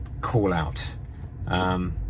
call-out